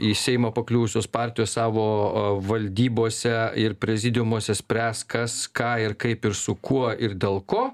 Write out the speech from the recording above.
į seimą pakliuvusios partijos savo valdybose ir prezidiumuose spręs kas ką ir kaip ir su kuo ir dėl ko